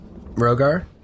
Rogar